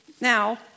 Now